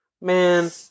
Man